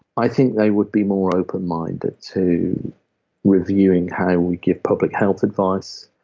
i think they would be more open minded to reviewing how we give public health advice,